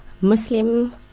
Muslim